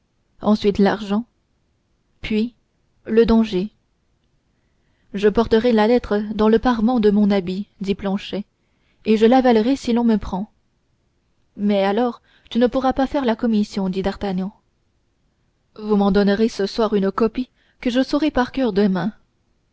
ensuite l'argent puis le danger je porterai la lettre dans le parement de mon habit dit planchet et je l'avalerai si l'on me prend mais alors tu ne pourras pas faire la commission dit d'artagnan vous m'en donnerez ce soir une copie que je saurai par coeur demain